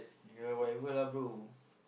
!aiya! whatever lah bro